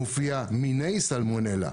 מופיע מיני סלמונלה.